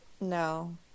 No